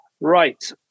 Right